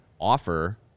Offer